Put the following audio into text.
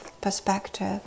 perspective